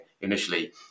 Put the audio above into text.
initially